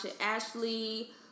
Ashley